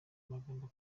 amagambo